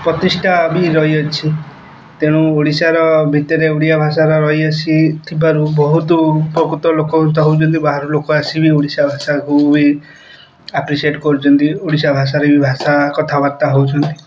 ପ୍ରତିଷ୍ଠା ବି ରହିଅଛି ତେଣୁ ଓଡ଼ିଶାର ଭିତରେ ଓଡ଼ିଆ ଭାଷାର ରହି ଆସିଥିବାରୁ ବହୁତ ଉପକୃତ ଲୋକ ତ ହଉଛନ୍ତି ବାହାରୁ ଲୋକ ଆସିବି ଓଡ଼ିଶା ଭାଷାକୁ ବି ଆପ୍ରିସିଏଟ କରୁଛନ୍ତି ଓଡ଼ିଶା ଭାଷାରେ ବି ଭାଷା କଥାବାର୍ତ୍ତା ହଉଛନ୍ତି